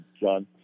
John